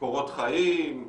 קורות חיים,